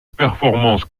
performance